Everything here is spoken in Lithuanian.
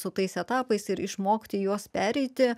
su tais etapais ir išmokti juos pereiti